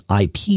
IP